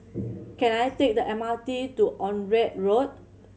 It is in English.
can I take the M R T to Onraet Road